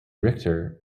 richter